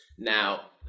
Now